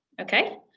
Okay